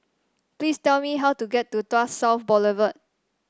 please tell me how to get to Tuas South Boulevard